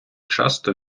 часто